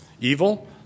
Evil